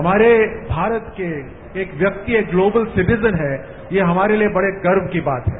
हमारे भारत के एक व्यक्ति एक ग्लोबर सिटिजन है यह हमारे लिए बड़े गर्व की बात है